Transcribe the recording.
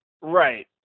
Right